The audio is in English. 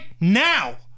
now